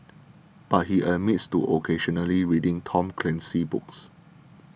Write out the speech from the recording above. but he admits to occasionally reading Tom Clancy books